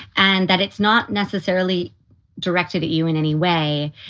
and that it's not necessarily directed at you in any way.